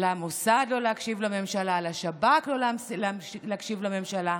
למוסד לא להקשיב לממשלה, לשב"כ לא להקשיב לממשלה,